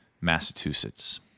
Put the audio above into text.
Massachusetts